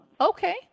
Okay